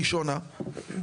ראשונה,